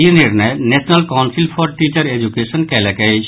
ई निर्णय national council for teacher education कयलक अछि